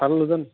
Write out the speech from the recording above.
তালৈ লৈ যাও নি